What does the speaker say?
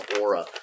aura